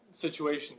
situation